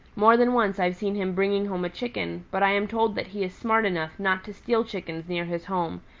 more than once i've seen him bringing home a chicken, but i am told that he is smart enough not to steal chickens near his home,